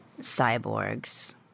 cyborgs